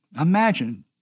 Imagine